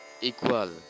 equal